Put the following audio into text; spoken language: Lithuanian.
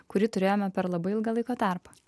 kurį turėjome per labai ilgą laiko tarpą